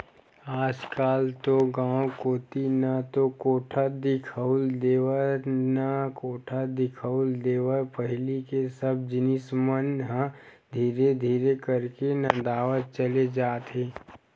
आजकल तो गांव कोती ना तो कोठा दिखउल देवय ना कोटना दिखउल देवय पहिली के सब जिनिस मन ह धीरे धीरे करके नंदावत चले जात हे